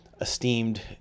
esteemed